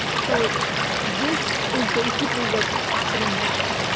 so this is basically what's happening now.